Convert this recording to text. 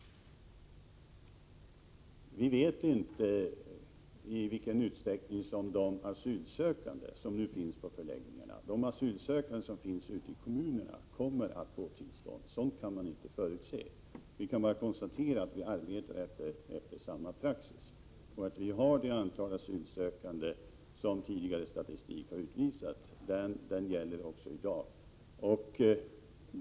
Vi vet inte i vilken utsträckning de asylsökande som nu finns i förläggningarna ute i kommunerna kommer att få tillstånd. Sådant går inte att förutse. Man kan bara konstatera att vi fortsätter att arbeta efter samma praxis. Vi har också det antal asylsökande som den tidigare statistiken har visat, eftersom statistiken gäller än i dag.